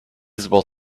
visible